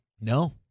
No